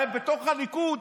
הרי בתוך הליכוד,